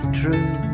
true